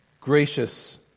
gracious